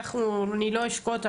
אני לא אשפוט.